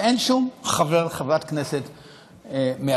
שאין שום חבר או חברת כנסת מהקואליציה.